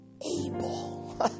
able